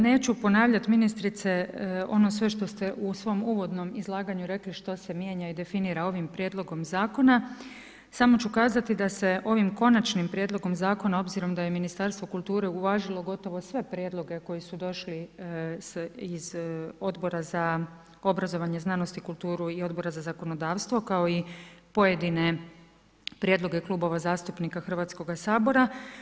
Neću ponavljat ministrice ono sve što ste u svom uvodnom izlaganju rekli što se mijenja i definira ovim prijedlogom zakona, samo ću kazati da se ovim konačnim prijedlogom zakona, obzirom da je Ministarstvo kulture uvažilo gotovo sve prijedloge koji su došli iz Odbora za obrazovanje, znanost i kulturu i Odbora za zakonodavstvo, kao i pojedine prijedloge klubova zastupnika Hrvatskoga sabora.